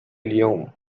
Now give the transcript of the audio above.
اليوم